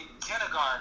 kindergarten